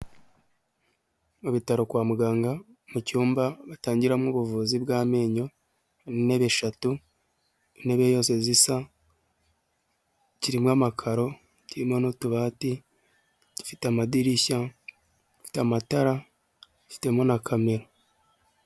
Mu bitaro kwa muganga mu cyumba batangiramo ubuvuzi bw'amenyo, intebe eshatu intebe yose zisa kirimo amakaro, kirimo n'utubati dufite amadirishya, gifite amatara gifitemo na kamera.